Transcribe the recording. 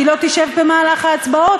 שהיא לא תשב במהלך ההצבעות,